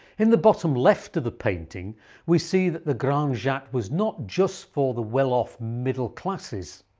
in the bottom left of the painting we see that the grand jatte was not just for the well-off middle classes.